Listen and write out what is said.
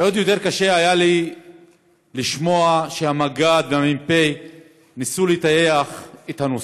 ועוד יותר קשה היה לי לשמוע שהמג"ד והמ"פ ניסו לטייח את הנושא.